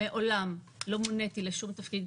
מעולם לא מוניתי לשום תפקיד,